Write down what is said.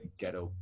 ghetto